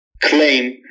claim